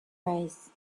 face